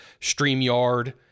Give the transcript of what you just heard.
StreamYard